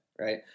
Right